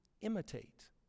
imitate